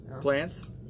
plants